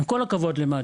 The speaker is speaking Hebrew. עם כל הכבוד למד"א,